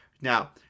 Now